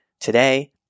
today